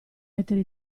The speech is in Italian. mettere